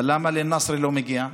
אבל למה לנצרת לא מגיע?